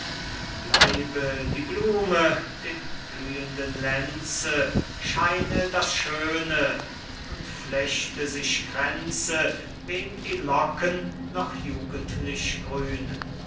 bleibe die blume dem blühenden lenze scheine das schöne und flechte sich kränze wem die locken noch jugendlich grünen